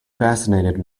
fascinated